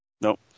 Nope